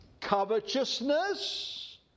covetousness